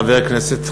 חבר כנסת חרדי,